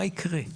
מה יקרה?